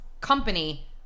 company